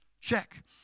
Check